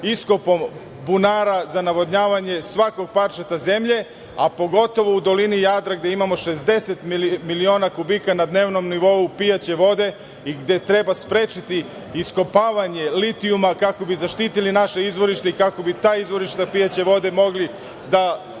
iskopom bunara za navodnjavanje svakog parčeta zemlje, a pogotovo u dolini Jadra, gde imamo 60 miliona kubika na dnevnom nivou pijaće vode i gde treba sprečiti iskopavanje litijuma kako bi zaštitili naše izvorište i kako bi ta izvorišta pijaće vode mogli da